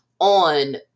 on